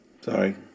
Sorry